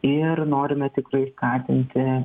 ir norime tikrai skatinti